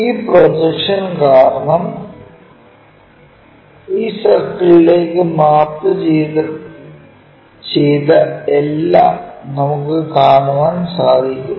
ഈ പ്രൊജക്ഷൻ കാരണം ഈ സർക്കിളിലേക്ക് മാപ്പുചെയ്ത എല്ലാം നമുക്ക് കാണാൻ സാധിക്കുന്നു